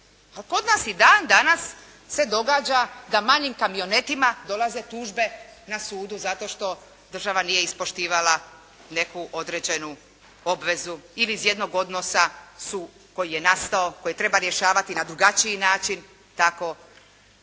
kod nas i dan danas se događa da manjim kamionetima dolaze tužbe na sudu zato što država nije ispoštivala neku određenu obvezu ili iz jednog odnosa su, koji je nastalo, koji treba rješavati na drugačiji način, da